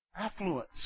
affluence